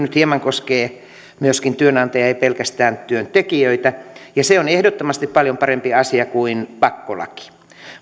nyt hieman koskee myöskin työnantajia ei pelkästään työntekijöitä ja se on ehdottomasti paljon parempi asia kuin pakkolaki